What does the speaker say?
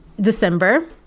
December